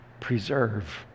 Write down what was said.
preserve